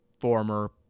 former